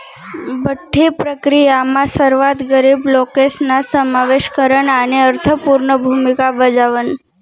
बठ्ठी प्रक्रीयामा सर्वात गरीब लोकेसना समावेश करन आणि अर्थपूर्ण भूमिका बजावण